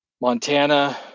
montana